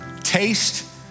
taste